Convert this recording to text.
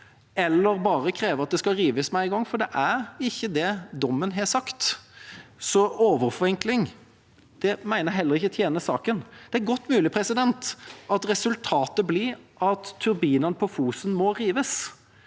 eller bare kreve at det skal rives med en gang, for det er ikke det dommen har sagt. Overforenkling mener jeg heller ikke tjener saken. Det er godt mulig at resultatet blir at turbinene på Fosen må rives,